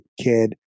kid